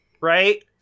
right